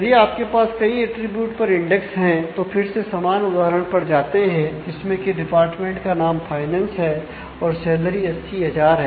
यदि आपके पास कई अटरीब्यूट पर इंडेक्स है तो फिर से समान उदाहरण पर जाते हैं जिसमें की डिपार्टमेंट का नाम फाइनेंस है और सैलरी 80000 है